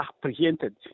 apprehended